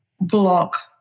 block